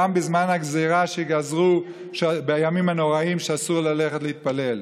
בזמן הגזרה שגזרו בימים הנוראים שאסור ללכת להתפלל.